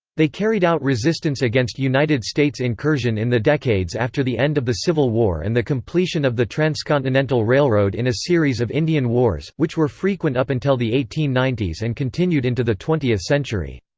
they carried out resistance against united states incursion in the decades after the end of the civil war and the completion of the transcontinental railroad in a series of indian wars, which were frequent up until the eighteen ninety s and continued into the twentieth century.